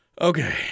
Okay